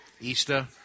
Easter